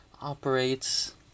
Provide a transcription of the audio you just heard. operates